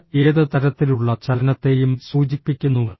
ഇത് ഏത് തരത്തിലുള്ള ചലനത്തെയും സൂചിപ്പിക്കുന്നു